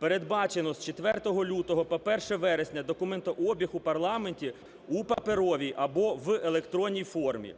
Передбачено з 4 лютого по 1 вересня документообіг в парламенті в паперовій або в електронній формі.